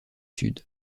sud